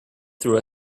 through